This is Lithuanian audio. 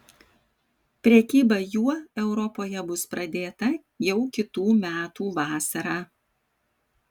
prekyba juo europoje bus pradėta jau kitų metų vasarą